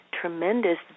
tremendous